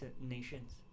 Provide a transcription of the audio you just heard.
nations